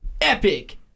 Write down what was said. epic